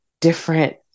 different